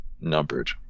numbered